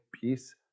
peace